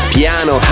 Piano